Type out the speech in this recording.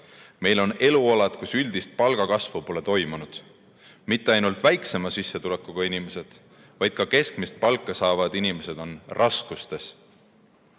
Meil on elualad, kus üldist palgakasvu pole toimunud. Mitte ainult väiksema sissetulekuga inimesed, vaid ka keskmist palka saavad inimesed on raskustes. Mida